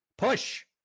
Push